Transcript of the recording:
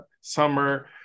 Summer